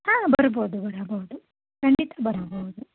ಹಾಂ ಬರ್ಬೋದು ಬರಬೋದು ಖಂಡಿತ ಬರಬಹುದು